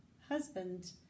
husband